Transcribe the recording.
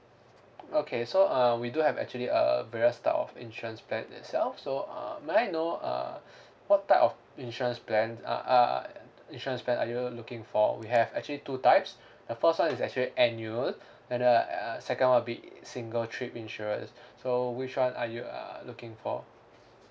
okay so uh we do have actually uh various type of insurance plan itself so uh may I know uh what type of insurance plan uh uh insurance plan are you looking for we have actually two types the first one is actually annual and uh uh second one will be it single trip insurance so which one are you uh looking for